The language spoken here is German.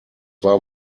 war